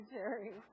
Jerry